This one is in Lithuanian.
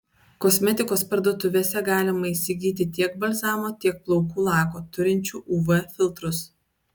kosmetikos parduotuvėse galima įsigyti tiek balzamo tiek plaukų lako turinčių uv filtrus